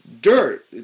dirt